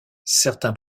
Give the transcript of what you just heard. certains